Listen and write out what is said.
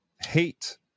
hate